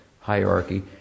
hierarchy